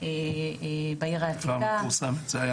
בעיר העתיקה, תיק